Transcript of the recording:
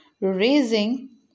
raising